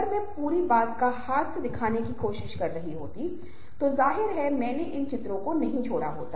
तो हमेशा कुछ लीक होने की संभावना रहती है इन्हें रिसाव के रूप में जाना जाता है